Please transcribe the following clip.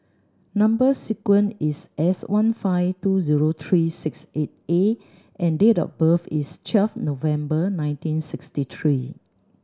number sequence is S one five two zero three six eight A and date of birth is twelve November nineteen sixty three